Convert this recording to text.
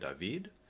David